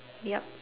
yup